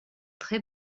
très